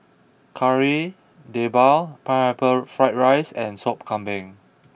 Kari Debal Pineapple Fried Rice and Sop Kambing